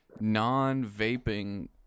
non-vaping